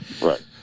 Right